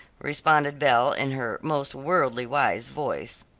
responded belle in her most worldly-wise voice.